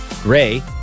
Gray